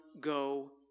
go